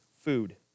food